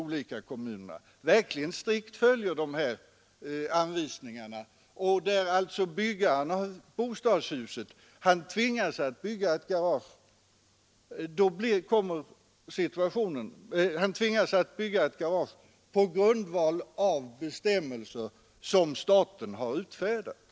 Och kommunerna följer strikt anvisningarna. Den som uppför ett bostadshus tvingas alltså att bygga garage på grundval av TOR bestämmelser som samhället har utfärdat.